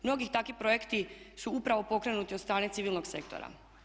Mnogi takvi projekti su upravo pokrenuti od strane civilnog sektora.